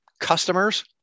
customers